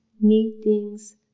meetings